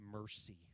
mercy